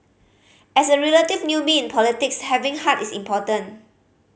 as a relative newbie in politics having heart is important